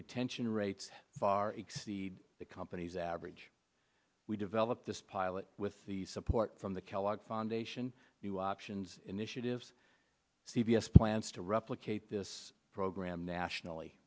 retention rates far exceed the company's average we developed this pilot with the support from the kellogg foundation new options initiatives c b s plans to replicate this program nationally